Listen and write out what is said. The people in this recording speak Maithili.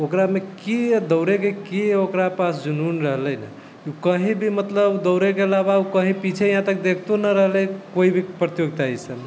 ओकरामे की दौड़ैके की ओकरा पास जुनून रहले हइ कि ओ कहीँ भी मतलब दौड़ैके अलावा ओ कहीँ पीछे आइ तक देखितो नहि रहलै कोइ भी प्रतियोगिता ईसबमे